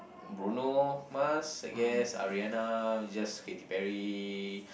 Bruno Mars I guess Ariana just Katy Perry